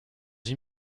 une